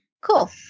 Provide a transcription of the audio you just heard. Cool